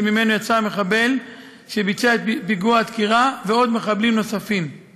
שממנו יצאו המחבל שביצע את פיגוע הדקירה ומחבלים נוספים;